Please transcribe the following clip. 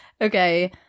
okay